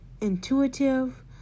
intuitive